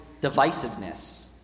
divisiveness